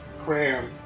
Cram